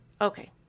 Okay